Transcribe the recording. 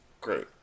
Great